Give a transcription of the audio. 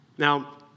Now